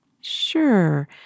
Sure